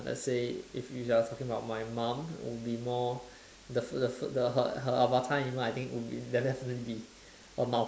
let's say if you are talking about my mum would be more the food the food the her her avatar you know I think would definitely be a mouse